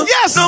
Yes